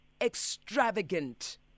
Extravagant